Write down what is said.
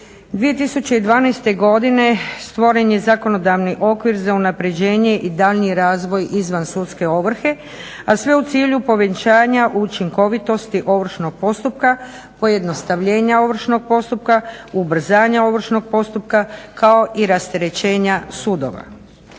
2012.godine stvoren je zakonodavni okvir za unapređenje i daljnji razvoj izvan sudske ovrhe a sve u cilju povećanja učinkovitosti ovršnog postupka, pojednostavljenja ovršnog postupka, ubrzanja ovršnog postupka kao i rasterećenja sudova.